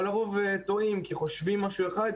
אבל לרוב הם טועים, כי חושבים משהו אחד.